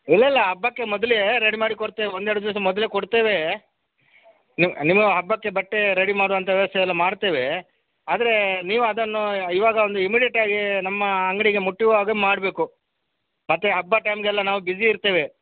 ಇಲ್ಲಿಲ್ಲ ಹಬ್ಬಕ್ಕೆ ಮೊದಲೇ ರೆಡಿ ಮಾಡಿ ಕೊಡ್ತೇವೆ ಒಂದು ಎರ್ಡು ದಿವಸ ಮೊದಲೇ ಕೊಡ್ತೇವೆ ನಿಮ್ ನಿಮ್ಗೆ ಹಬ್ಬಕ್ಕೆ ಬಟ್ಟೆ ರೆಡಿ ಮಾಡುವಂಥಾ ವ್ಯವಸ್ಥೆ ಎಲ್ಲ ಮಾಡ್ತೇವೆ ಆದರೆ ನೀವು ಅದನ್ನು ಇವಾಗ ಒಂದು ಇಮಿಡೆಟಾಗಿ ನಮ್ಮ ಅಂಗಡಿಗೆ ಮುಟ್ಟುವ ಹಾಗೆ ಮಾಡಬೇಕು ಮತ್ತು ಹಬ್ಬ ಟೈಮ್ಗೆಲ್ಲ ನಾವು ಬಿಜಿ ಇರ್ತೇವೆ